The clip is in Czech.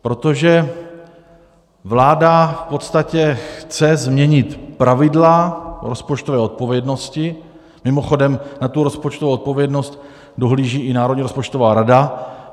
Protože vláda v podstatě chce změnit pravidla rozpočtové odpovědnosti Mimochodem, na tu rozpočtovou odpovědnost dohlíží i Národní rozpočtová rada.